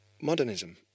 modernism